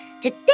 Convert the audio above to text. Today